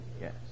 Yes